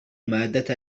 مادة